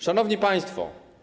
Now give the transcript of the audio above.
Szanowni Państwo!